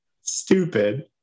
Stupid